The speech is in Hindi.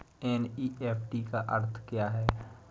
एन.ई.एफ.टी का अर्थ क्या है?